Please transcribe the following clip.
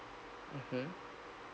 mmhmm